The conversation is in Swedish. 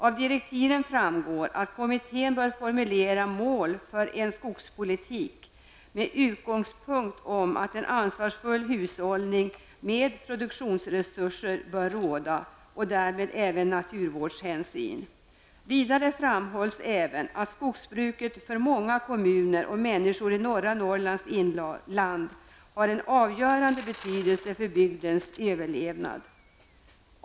Av direktiven framgår att kommittén bör formulera mål för en skogspolitik med utgångspunkt i att en ansvarsfull hushållning med produktionsresurser bör råda, och därmed även naturvårdshänsyn. Vidare framhålls att skogsbruket är viktigt för många kommuner och människor i norra Norrlands inland och har en avgörande betydelse för bygdens överlevnad.